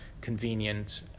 convenient